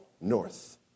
north